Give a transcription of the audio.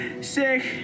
Sick